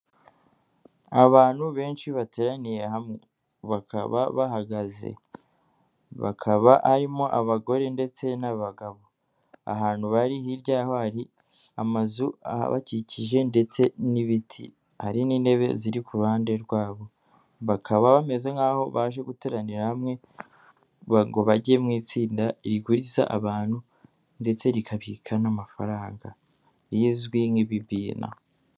Abantu benshi bateraniye hamwe, bakaba bahagaze, bakaba harimo abagore ndetse n'abagabo, ahantu bari hirya y'aho hari amazu abakikije ndetse n'ibiti, hari n'intebe ziri ku ruhande rwabo, bakaba bameze nk'aho baje guteranira hamwe ngo bajye mu itsinda riguriza abantu ndetse rikabika n'amafaranga rizwi nk'ibibina.